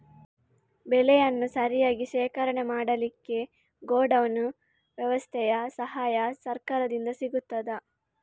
ಬೆಳೆಯನ್ನು ಸರಿಯಾಗಿ ಶೇಖರಣೆ ಮಾಡಲಿಕ್ಕೆ ಗೋಡೌನ್ ವ್ಯವಸ್ಥೆಯ ಸಹಾಯ ಸರಕಾರದಿಂದ ಸಿಗುತ್ತದಾ?